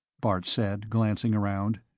bart said, glancing around.